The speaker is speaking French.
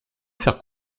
faire